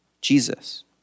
Jesus